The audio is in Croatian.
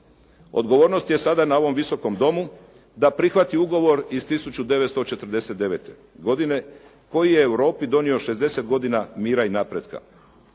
Odgovornost je sada na ovom Visokom domu da prihvati ugovor iz 1949. godine koji je Europi donio 60 godina mira i napretka.